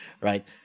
right